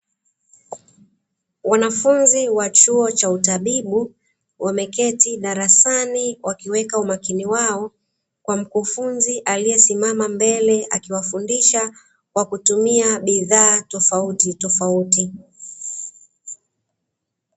Wanafunzi wa chuo cha utabibu wameketi darasani wakiweka umakini wao kwa mkufunzi aliyesimama mbele, akiwafundisha kwa kutumia bidhaa tofautitofauti.